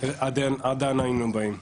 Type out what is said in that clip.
- עד אנא היינו היום באים.